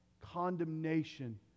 condemnation